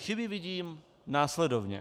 Chyby vidím následovně: